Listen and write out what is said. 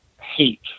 hate